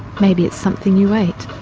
maybe it's something you ate.